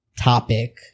topic